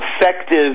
effective